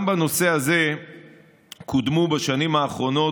גם בנושא הזה קודמו בשנים האחרונות